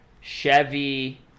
chevy